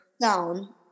down